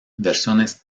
versiones